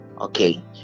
okay